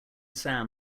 sam